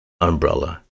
Umbrella